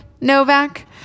Novak